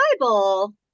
Bible